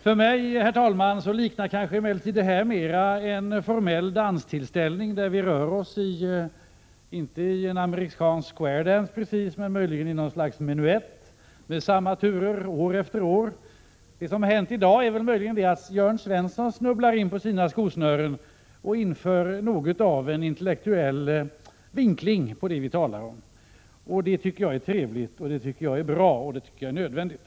För mig, herr talman, liknar emellertid det här mera en formell danstillställning, där vi rör oss kanske inte som i en amerikansk squaredans, men möjligen som i något slags menuett med samma turer år efter år. Det som hänt i dag är möjligen att Jörn Svensson snubblat in på sina skosnören och infört något av en intellektuell vinkling på det vi talar om. Det tycker jag är trevligt — det är bra och det är nödvändigt.